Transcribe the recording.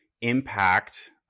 impact